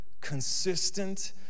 consistent